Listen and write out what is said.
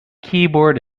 keyboard